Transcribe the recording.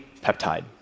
peptide